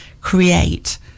create